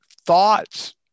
thoughts